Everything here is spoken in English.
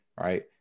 right